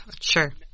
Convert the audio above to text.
Sure